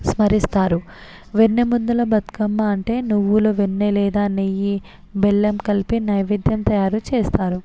స్మరిస్తారు వెన్నముద్దల బతుకమ్మ అంటే నువ్వులు వెన్న లేదా నెయ్యి బెల్లం కలిపి నైవేద్యం తయారు చేస్తారు